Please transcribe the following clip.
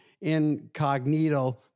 incognito